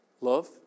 Love